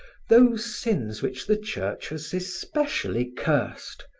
those sins which the church has especially cursed,